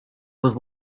was